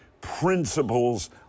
principles